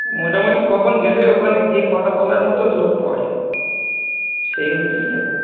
মোটামুটি কখন গেলে ওখানে গিয়ে কথা বলার মতো লোক পাওয়া যাবে সেই অনুযায়ী যাবো